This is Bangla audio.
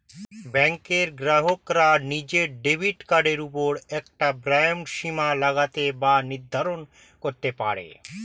ব্যাঙ্কের গ্রাহকরা নিজের ডেবিট কার্ডের ওপর একটা ব্যয়ের সীমা লাগাতে বা নির্ধারণ করতে পারে